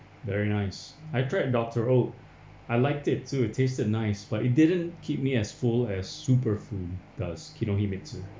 very nice I tried doctor oat I liked it too it tasted nice but it didn't keep me as full as superfood does kinohimitsu